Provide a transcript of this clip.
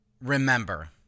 remember